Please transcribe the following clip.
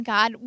God